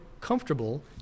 comfortable